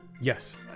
Yes